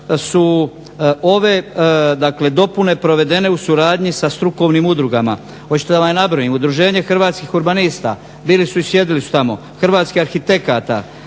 dakle dopune provedene u suradnji sa strukovnim udrugama. Hoćete da vam ih nabrojim? Udruženje hrvatskih urbanista, bili su i sjedili su tamo, hrvatskih arhitekata,